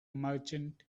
merchant